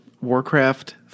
Warcraft